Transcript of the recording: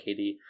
KD